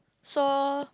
so